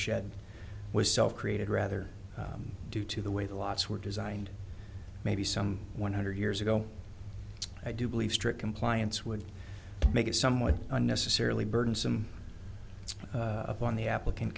shed was self created rather due to the way the locks were designed maybe some one hundred years ago i do believe strict compliance would make it somewhat unnecessarily burdensome upon the applicant